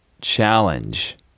challenge